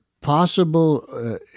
possible